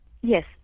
Yes